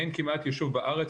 אין כמעט יישוב בארץ,